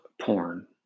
porn